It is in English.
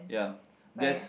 ya that's